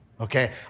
Okay